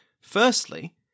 firstly